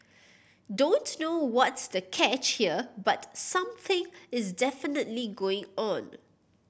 don't know what's the catch here but something is definitely going on